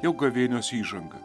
jau gavėnios įžanga